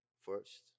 first